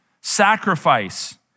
sacrifice